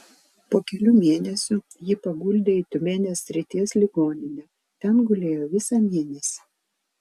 po kelių mėnesių jį paguldė į tiumenės srities ligoninę ten gulėjo visą mėnesį